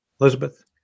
Elizabeth